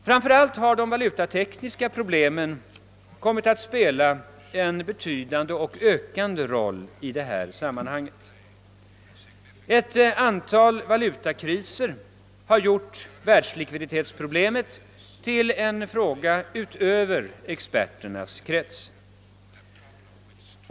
Framför allt har de valutatekniska problemen kommit att spela en alltmer betydande roll i detta sammanhang. Ett antal valutakriser har gjort världslikviditetsproblemet till en fråga som går utanför experternas krets.